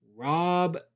Rob